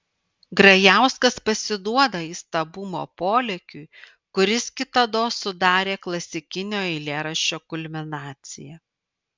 grajauskas pasiduoda įstabumo polėkiui kuris kitados sudarė klasikinio eilėraščio kulminaciją